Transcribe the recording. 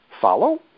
Follow